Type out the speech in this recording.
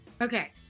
Okay